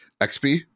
XP